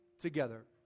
together